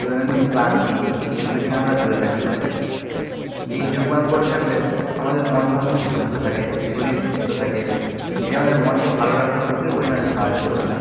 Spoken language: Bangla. দৈনন্দিন ক্লান্তি সেগুলি থেকে আমরা দূরে থাকতে পারি এই যোগ ব্যায়াম করে থাকলে আমাদের মন সবসময় সুস্থ থাকে শরীর সুস্থ থাকে এটা আমাদের মনকে ভালো রাখতে প্রচুর পরিমাণে সাহায্য করে